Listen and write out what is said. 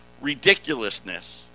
ridiculousness